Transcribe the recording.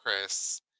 chris